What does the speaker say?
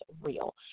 Real